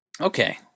Okay